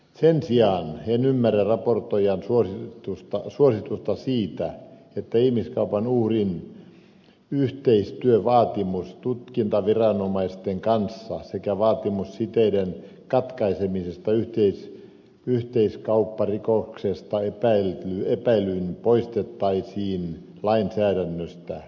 sen sijaan en ymmärrä raportoijan suositusta siitä että ihmiskaupan uhrin yhteistyövaatimus tutkintaviranomaisten kanssa sekä vaatimus siteiden katkaisemisesta yhteiskaupparikoksesta epäiltyyn poistettaisiin lainsäädännöstä